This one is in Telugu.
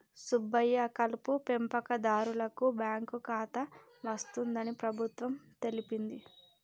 సుబ్బయ్య కలుపు పెంపకందారులకు బాంకు ఖాతా వస్తుందని ప్రభుత్వం తెలిపింది